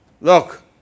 Look